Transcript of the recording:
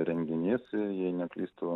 renginys jei neklystu